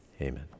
amen